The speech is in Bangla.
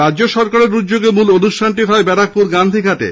রাজ্য সরকারের উগ্যোগে অনুষ্ঠানটি হয় ব্যারাকপুরের গান্ধীঘাটে